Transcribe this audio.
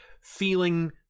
feeling